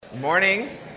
morning